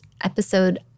episode